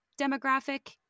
demographic